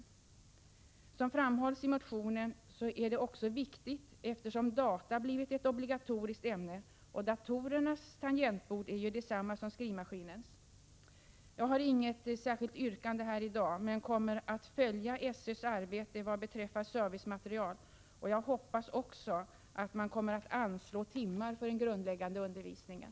Såsom framhålls i motionen är det också viktigt att lära sig skriva maskin eftersom data blivit ett obligatoriskt ämne och datorernas tangentbord är detsamma som skrivmaskinernas. Jag har inget särskilt yrkande i dag, men jag kommer att följa SÖ:s arbete vad beträffar servicematerial. Jag hoppas också att man kommer att anslå timmar för den grundläggande undervisningen.